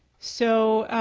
so